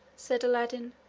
said aladdin,